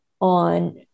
on